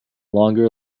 longer